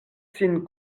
sin